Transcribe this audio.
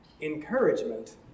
encouragement